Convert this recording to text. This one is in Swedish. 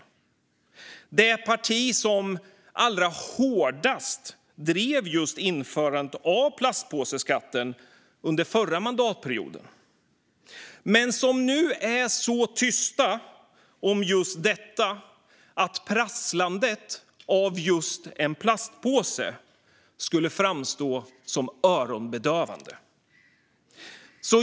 Det var det parti som allra hårdast drev införandet av plastpåseskatten under föra mandatperioden men som nu är så tyst om detta att prasslandet av just en plastpåse framstår som öronbedövande.